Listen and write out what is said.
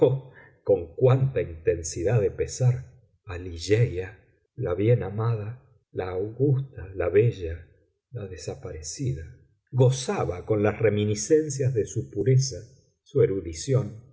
mi memoria retrocedía oh con cuánta intensidad de pesar a ligeia la bien amada la augusta la bella la desaparecida gozaba con las reminiscencias de su pureza su erudición